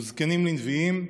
וזקנים לנביאים,